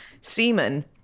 semen